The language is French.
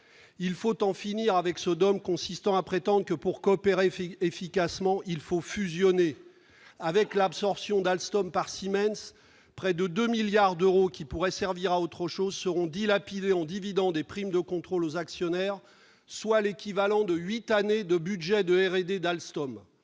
Il faut en finir avec ce dogme consistant à prétendre que, pour coopérer efficacement, il faut fusionner. Avec l'absorption d'Alstom par Siemens, près de 2 milliards d'euros, qui pourraient servir à autre chose, seront dilapidés en dividendes et primes de contrôle aux actionnaires, soit l'équivalent de huit années du budget de R&D d'Alstom.